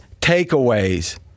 takeaways